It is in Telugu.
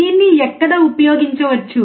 దీన్ని ఎక్కడ ఉపయోగించవచ్చు